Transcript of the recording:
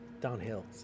Downhill